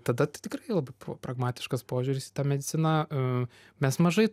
tada tikrai labai pragmatiškas požiūris į tą mediciną mes mažai